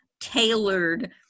tailored